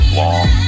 long